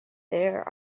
there